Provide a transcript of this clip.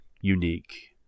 unique